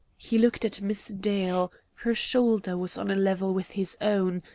he looked at miss dale her shoulder was on a level with his own,